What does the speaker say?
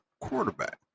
quarterback